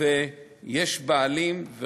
שיש בעלים,